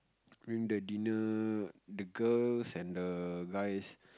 during the dinner the girls and the guys